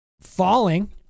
Falling